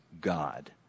God